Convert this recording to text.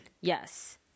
Yes